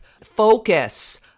focus